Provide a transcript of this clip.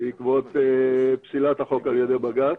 בעקבות פסילת החוק על ידי בג"ץ.